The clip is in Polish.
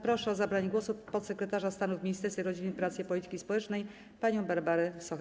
Proszę o zabranie głosu podsekretarza stanu w Ministerstwie Rodziny, Pracy i Polityki Społecznej panią Barbarę Sochę.